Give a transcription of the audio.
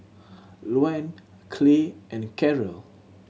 Luann Clay and Karol